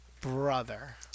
Brother